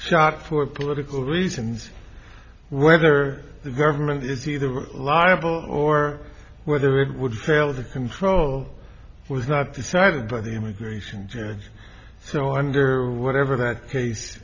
shot for political reasons whether the government is either are liable or whether it would fail to control was not decided by the immigration judge so under whatever that case